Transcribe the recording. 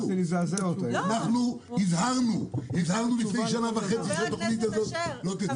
אנחנו הזהרנו לפני שנה וחצי שהתכנית הזאת לא תצא לפועל.